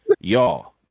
Y'all